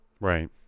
Right